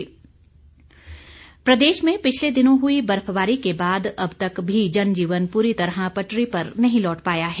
मौसम प्रदेश में पिछले दिनों हुई बर्फबारी के बाद अब तक भी जनजीवन पूरी तरह पटरी पर नहीं लौट पाया है